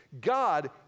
God